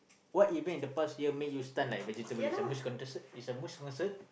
what event in the past year make you stun like vegetable is a Muse is a Muse concert